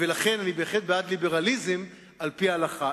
ולכן אני בעד ליברליזם, על-פי ההלכה.